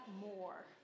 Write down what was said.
more